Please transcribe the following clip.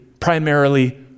Primarily